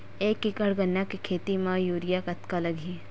एक एकड़ गन्ने के खेती म यूरिया कतका लगही?